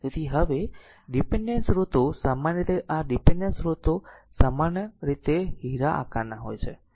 તેથી હવે ડીપેન્ડેન્ટ સ્ત્રોતો સામાન્ય રીતે આ ડીપેન્ડેન્ટ સ્ત્રોતો સામાન્ય રીતે હીરા આકારના હોય છે